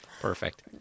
Perfect